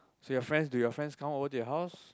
so your friends do your friends come over to your house